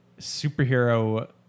superhero